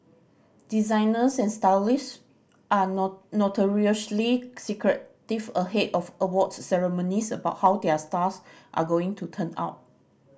designers and stylists are notoriously secretive ahead of awards ceremonies about how their stars are going to turn out